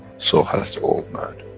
so has the old man.